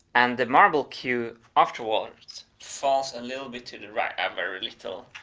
and the marble queue afterwards falls a little bit to the right, a very little,